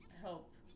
help